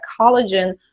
collagen